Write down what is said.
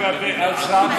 אז מה לגבי אל-סם,